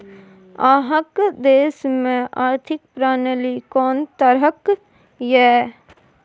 अहाँक देश मे आर्थिक प्रणाली कोन तरहक यै?